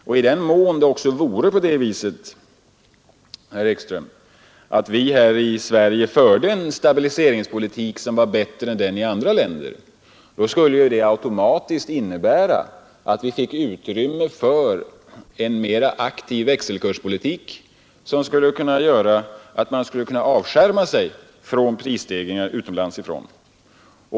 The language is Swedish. Och i den mån det också vore på det viset, herr Ekström, att vi här i Sverige förde en stabiliseringspolitik som vore bättre än andra länders, skulle det automatiskt innebära att vi finge utrymme för en mera aktiv växelkurspolitik, vilken kunde göra att vi skulle kunna avskärma oss från prisstegringar som kom utifrån.